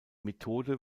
methode